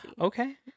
Okay